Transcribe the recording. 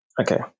Okay